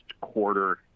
quarter